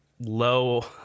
Low